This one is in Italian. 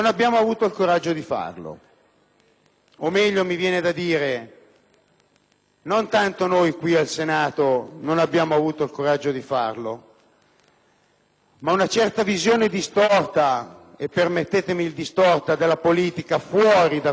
non tanto noi qui al Senato non abbiamo avuto il coraggio, quanto piuttosto una certa visone distorta - permettetemi di usare questo termine - della politica fuori da questa Aula ha fatto sì che questo processo si bloccasse.